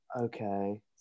okay